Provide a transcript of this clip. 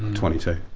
twenty two.